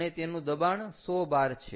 અને તેનું દબાણ 100 bar છે